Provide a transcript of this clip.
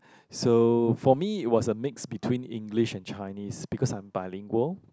so for me it was a mix between English and Chinese because I'm bilingual